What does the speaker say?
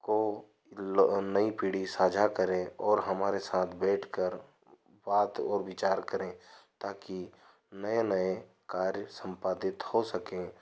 को नई पीढ़ी साझा करें और हमारे साथ बैठकर बात और विचार करें ताकि नए नए कार्य संपादित हो सकें